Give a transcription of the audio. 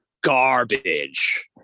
garbage